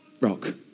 rock